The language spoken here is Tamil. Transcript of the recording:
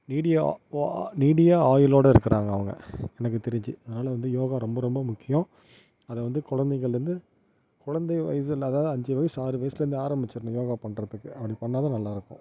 நீடிய நீடிய ஆயுளோடு இருக்கிறாங்க அவங்க எனக்கு தெரிஞ்சு அதனால் வந்து யோகா ரொம்ப ரொம்ப முக்கியம் அதை வந்து குழந்தைங்கள்லந்து குழந்தை வயசுல அதாவது அஞ்சு வயசு ஆறு வயசுல இருந்து ஆரமிச்சிடணும் யோகா பண்றதுக்கு அப்படி பண்ணிணா தான் நல்லாயிருக்கும்